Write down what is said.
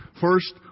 First